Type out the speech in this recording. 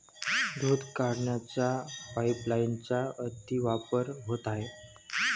दूध काढण्याच्या पाइपलाइनचा अतिवापर होत आहे